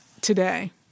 today